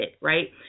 Right